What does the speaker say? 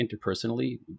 interpersonally